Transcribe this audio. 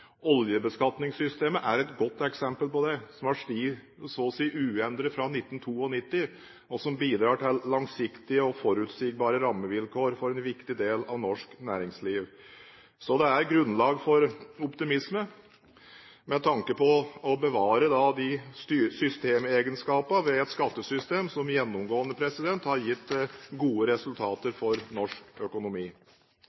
Oljebeskatningssystemet, som har stått så å si uendret fra 1992, og som bidrar til langsiktige og forutsigbare rammevilkår for en viktig del av norsk næringsliv, er et godt eksempel på det. Det er grunnlag for optimisme med tanke på å bevare de systemegenskapene ved et skattesystem som gjennomgående har gitt gode resultater